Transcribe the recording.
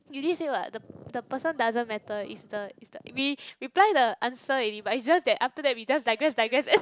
you already say what the the person doesn't matter it's the it's the we reply the answer already but it's just that after that we just digress digress